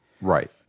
Right